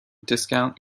discount